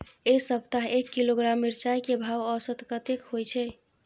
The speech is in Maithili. ऐ सप्ताह एक किलोग्राम मिर्चाय के भाव औसत कतेक होय छै?